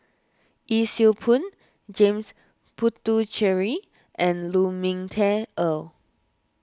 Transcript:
Yee Siew Pun James Puthucheary and Lu Ming Teh Earl